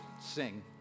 sing